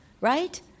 right